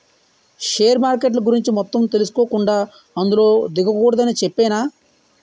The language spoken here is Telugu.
షేర్ మార్కెట్ల గురించి మొత్తం తెలుసుకోకుండా అందులో దిగకూడదని చెప్పేనా